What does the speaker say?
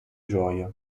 gioia